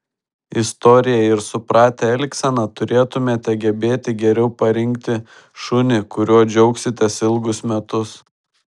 istoriją ir supratę elgseną turėtumėte gebėti geriau parinkti šunį kuriuo džiaugsitės ilgus metus